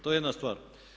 To je jedna stvar.